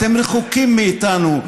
אתם רחוקים מאיתנו,